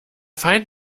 feind